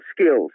skills